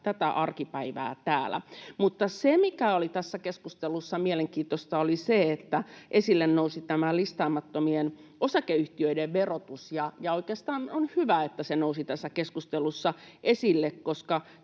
tätä arkipäivää täällä. Mutta se, mikä oli tässä keskustelussa mielenkiintoista, oli se, että esille nousi tämä listaamattomien osakeyhtiöiden verotus, ja oikeastaan on hyvä, että se nousi tässä keskustelussa esille,